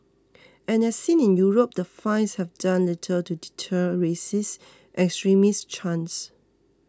and as seen in Europe the fines have done little to deter racist and extremist chants